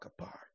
apart